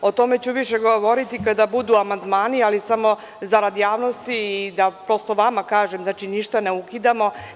O tome ću više govoriti kada budu amandmani, ali samo zarad javnosti i da prosto vama kažem, znači, ništa ne ukidamo.